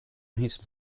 his